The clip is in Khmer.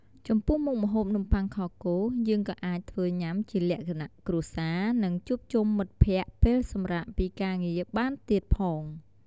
ចំពោះមុខម្ហូបនំបុ័ខខគោយើងក៏អាចធ្វើញុាំជាលក្ខណៈគ្រួសារនិងជួបជុំមិត្តភក្តិពេលសម្រាកពីការងារបានទៀតផង។